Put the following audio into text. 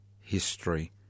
history